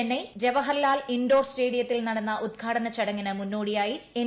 Chennai Jawaharlal indoor സ്റ്റേഡിയത്തിൽ നടന്ന ഉദ്ഘാടന ചടങ്ങിന് മുന്നോടിയായി എം